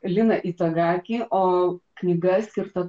lina itagaki o knyga skirta